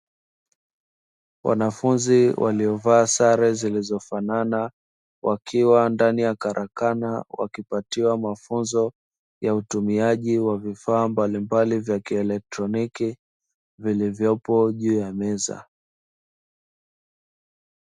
Wanafunzi waliovaa sare zilizofanana na wakiwa ndani ya karakana, wakipatiwa mafunzo ya utumiaji wa vifaa mbalimbali za kieletroniki vilivyopo juu ya meza.